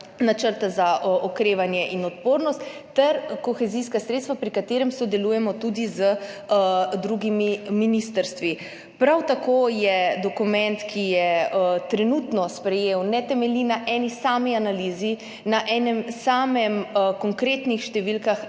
Načrta za okrevanje in odpornost ter kohezijska sredstva, pri čemer sodelujemo tudi z drugimi ministrstvi. Prav tako dokument, ki je trenutno sprejet, ne temelji na niti eni sami analizi, ne na konkretnih številkah,